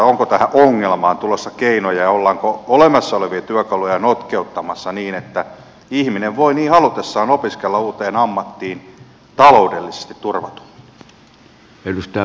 onko tähän ongelmaan tulossa keinoja ja ollaanko olemassa olevia työkaluja notkeuttamassa niin että ihminen voi niin halutessaan opiskella uuteen ammattiin taloudellisesti turvattuna